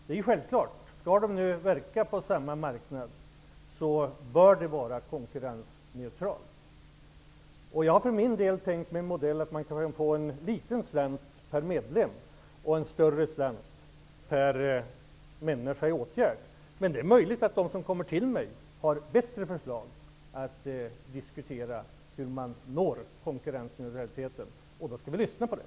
Detta är självklart -- när de skall verka på samma marknad, skall det vara konkurrensneutralt. Jag har för min del tänkt mig en modell där man kan få en liten slant per medlem och en större slant per åtgärd. Men det är möjligt att de som kommer till mig har ett bättre förslag för att nå konkurrensneutralitet. Då skall vi lyssna på dem.